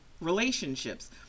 relationships